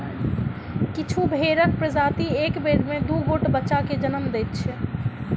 किछु भेंड़क प्रजाति एक बेर मे दू गोट बच्चा के जन्म दैत छै